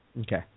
okay